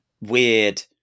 weird